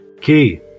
Key